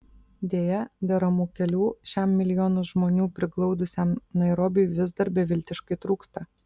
deja deramų kelių šiam milijonus žmonių priglaudusiam nairobiui vis dar beviltiškai trūksta